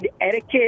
etiquette